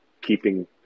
keeping